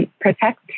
protect